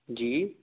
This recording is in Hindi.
जी